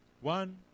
One